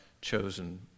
chosen